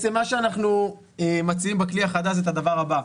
מה שאנחנו מציעים בכלי החדש זה את הדבר הבא,